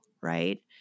right